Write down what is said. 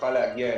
תוכל להגיע לשטח.